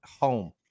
home